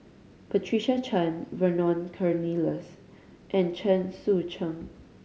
Patricia Chan Vernon Cornelius and Chen Sucheng